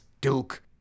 Duke